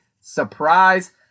surprise